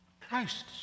Christ